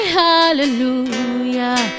hallelujah